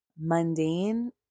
mundane